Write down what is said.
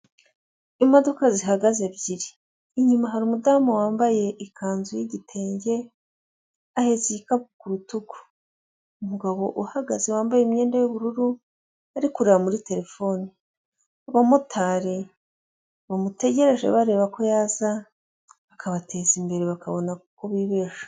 Imodoka zihagaze ebyiri inyuma hari umudamu wambaye ikanzu y'igitenge ahetse igikapu ku rutugu, umugabo uhagaze wambaye imyenda y'ubururu ari kureba muri terefone. Aabamotari bamutegereje bareba ko yaza akabateza imbere bakabona uko bibesha.